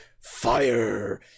fire